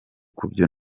kubyo